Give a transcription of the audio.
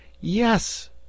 yes